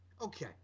okay